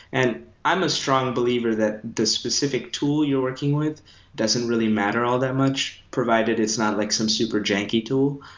and i'm a strong believer that the specific tool you're working with doesn't really matter all that much provided it's not like some super junkie tool.